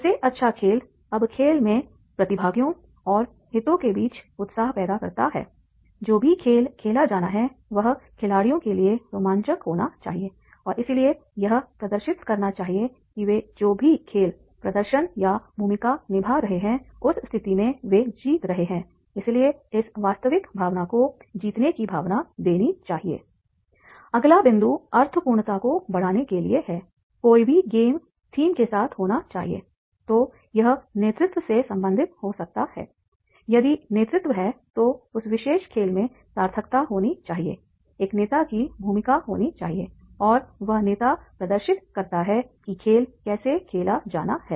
सबसे अच्छा खेल अब खेल में प्रतिभागियों और हितों के बीच उत्साह पैदा करता है जो भी खेल खेला जाना है वह खिलाड़ियों के लिए रोमांचक होना चाहिए और इसलिए यह प्रदर्शित करना चाहिए कि वे जो भी खेल प्रदर्शन या भूमिका निभा रहे हैं उस स्थिति में वे जीत रहे हैं इसलिए इस वास्तविक भावना को जीतने की भावना देनी चाहिए अगला बिंदु अर्थपूर्णता को बढ़ाने के लिए है कोई भी गेम थीम के साथ होना चाहिएतो यह नेतृत्व से संबंधित हो सकता है यदि नेतृत्व है तो उस विशेष खेल में सार्थकता होनी चाहिएएक नेता की भूमिका होनी चाहिए और वह नेता प्रदर्शित करता है कि खेल कैसे खेला जाना है